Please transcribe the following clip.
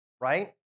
right